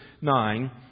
nine